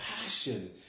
passion